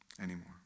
anymore